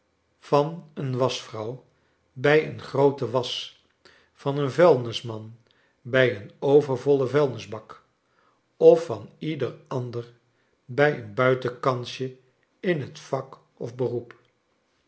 van een waschvrouw bij een groote wasch van een vullnisman bij een overvollen vuilnisbak of van ieder ander bij een buitenkansje in het vak of beroep